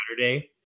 Saturday